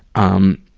um,